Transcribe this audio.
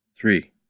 Three